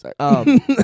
sorry